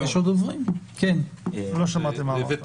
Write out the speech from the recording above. מהות